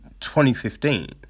2015